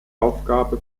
aufgabe